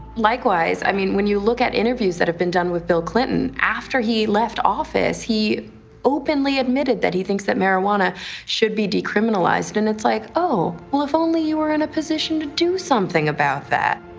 likewise, i mean when you look at interviews that have been done with bill clinton after he left office, he openly admitted that he thinks that marijuana should be decriminalized and it's like, oh, well if only you were in a position to do something about that!